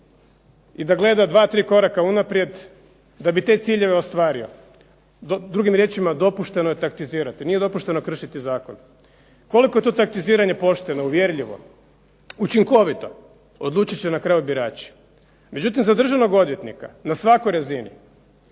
i da gleda dva tri koraka unaprijed da bi te ciljeve ostvario, drugim riječima dopušteno je taktizirati nije dopušteno kršiti zakon. Koliko je to taktiziranje uvjerljivo, pošteno, učinkovito odlučit će na kraju birači. Međutim, za državnog odvjetnika na svakoj razini